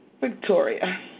Victoria